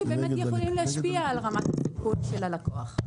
שיכולות להשפיע על רמת הסיכון של הלקוח.